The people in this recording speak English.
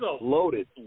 loaded